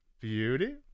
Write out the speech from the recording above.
beauty